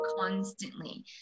constantly